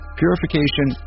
purification